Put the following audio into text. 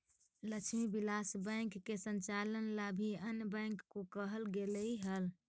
Lakshmi Vilas bank के संचालन ला भी अन्य बैंक को कहल गेलइ हल